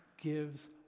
gives